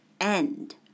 end